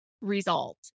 result